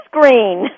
green